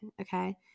Okay